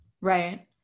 right